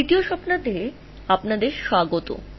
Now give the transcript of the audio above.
তৃতীয় সপ্তাহে তোমাদের স্বাগত জানাই